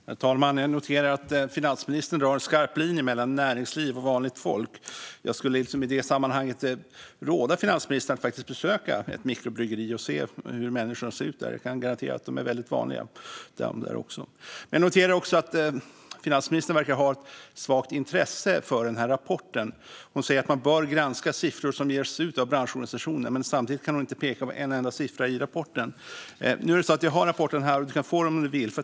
Herr talman! Jag noterar att finansministern drar en skarp linje mellan näringsliv och vanligt folk. Jag skulle i det sammanhanget råda finansministern att besöka ett mikrobryggeri och se hur människorna ser ut. Jag kan garantera att de är väldigt vanliga där också. Jag noterar också att finansministern verkar ha ett svagt intresse för denna rapport. Hon säger att man bör granska siffror som ges ut av branschorganisationer men kan samtidigt inte peka på en enda siffra i rapporten. Jag har rapporten här. Finansministern kan få den om hon vill.